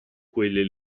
quelli